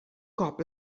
cop